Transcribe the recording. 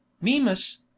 Mimas